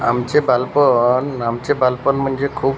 आमचे बालपण आमचे बालपण म्हणजे खूप